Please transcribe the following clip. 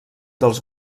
dels